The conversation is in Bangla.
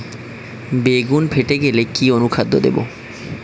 বেগুন ফেটে গেলে কি অনুখাদ্য দেবো?